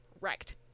wrecked